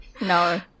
No